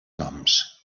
noms